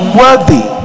worthy